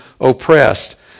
oppressed